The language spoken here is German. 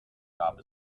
gab